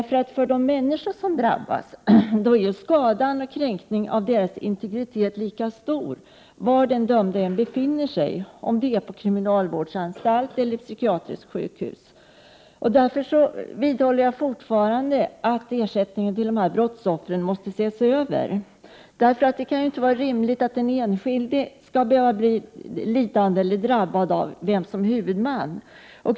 För de människor som drabbas är skadan och kränkningen av deras integritet lika stor var den dömde än befinner sig, om det är på en kriminalvårdsanstalt eller ett psykiatriskt sjukhus. Därför vidhåller jag fortfarande att reglerna för ersättningen till brottsoffren måste ses över. Det kan inte vara rimligt att den enskilde skall behöva bli lidande eller bli drabbad på grund av bestämmelserna om vem som är huvudman.